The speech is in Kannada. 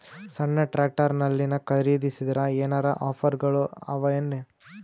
ಸಣ್ಣ ಟ್ರ್ಯಾಕ್ಟರ್ನಲ್ಲಿನ ಖರದಿಸಿದರ ಏನರ ಆಫರ್ ಗಳು ಅವಾಯೇನು?